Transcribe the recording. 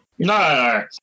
No